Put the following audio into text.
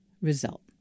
result